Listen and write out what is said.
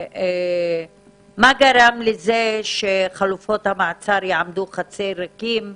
מה גרם לזה שחלופות המעצר יעמדו חצי ריקות,